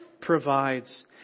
provides